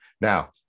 Now